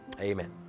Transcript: amen